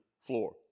floor